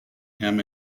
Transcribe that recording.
him